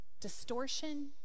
distortion